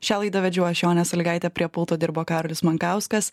šią laidą vedžiau aš jonė sąlygaitė prie pulto dirbo karolis mankauskas